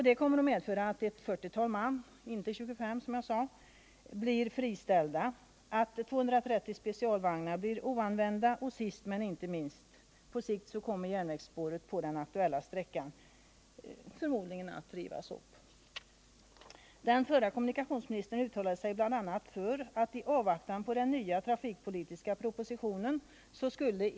Det kommer att medföra att ett 40-tal man —inte 25, som jag sade — blir friställda, att 230 specialvagnar kommer att stå oanvända och sist men inte minst att på sikt järnvägsspåret på den aktuella sträckan förmodligen kommer att rivas upp.